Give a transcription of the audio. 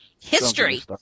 History